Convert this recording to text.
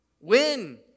win